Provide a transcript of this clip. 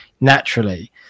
naturally